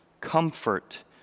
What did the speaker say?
comfort